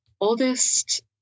oldest